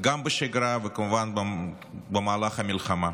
גם בשגרה, וכמובן גם במהלך המלחמה,